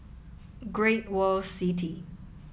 Great World City